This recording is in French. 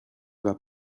vas